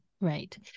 right